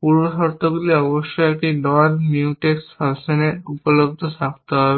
পূর্বশর্তগুলি অবশ্যই একটি non mutex ফ্যাশনে উপলব্ধ থাকতে হবে